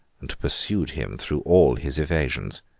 and pursued him through all his evasions.